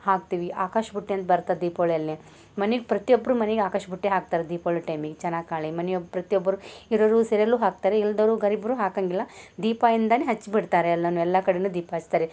ಹಾಕ್ತೀವಿ ಆಕಾಶಬುಟ್ಟಿ ಅಂತ ಬರ್ತ ದೀಪೊಳಿಯಲ್ಲಿ ಮನಿಗೆ ಪ್ರತಿಯೊಬ್ಬರೂ ಮನಿಗೆ ಆಕಾಶಬುಟ್ಟಿ ಹಾಕ್ತಾರೆ ದೀಪೊಳಿ ಟೈಮಿಗೆ ಚೆನ್ನಾಗಿ ಕಾಣಲಿ ಮನಿಯೊ ಪ್ರತಿಯೊಬ್ಬರೂ ಇರೋರು ಸೆರೆಲು ಹಾಕ್ತಾರೆ ಇಲ್ಲದವ್ರು ಗರೀಬರು ಹಾಕಂಗಿಲ್ಲ ದೀಪಯಿಂದಲೇ ಹಚ್ಚಿಬಿಡ್ತಾರೆ ಎಲ್ಲವೂ ಎಲ್ಲ ಕಡೆಯೂ ದೀಪ ಹಚ್ತಾರೆ